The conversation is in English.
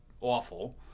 awful